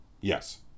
Yes